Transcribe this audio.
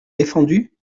défendu